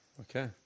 Okay